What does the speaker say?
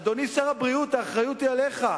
אדוני שר הבריאות, האחריות היא עליך,